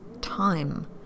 time